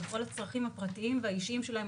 לכל הצרכים הפרטיים והאישיים שלהם.